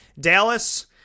Dallas